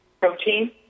protein